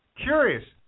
curious